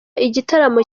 igitaramo